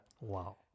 wow